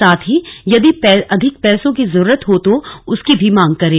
साथ ही यदि अधिक पैसों की जरूरत हो तो उसकी भी मांग करें